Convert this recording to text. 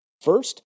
First